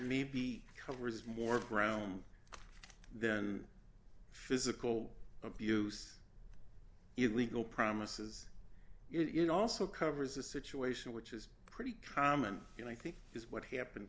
may be covers more ground then physical abuse it legal promises it also covers a situation which is pretty common you know i think is what happened